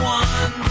one